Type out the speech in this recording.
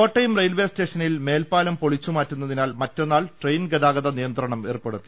Kottayam railway സ്റ്റേഷനിൽ മേൽപ്പാലം പൊളിച്ചുമാ റ്റുന്നതിനാൽ മറ്റന്നാൾ ട്രെയിൻ ഗതാഗത നിയന്ത്രണം ഏർപ്പെടു ത്തി